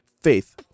faith